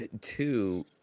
Two